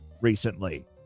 recently